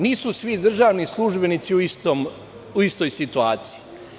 Nisu svi državni službenici u istoj situaciji.